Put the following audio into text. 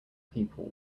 people